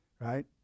Right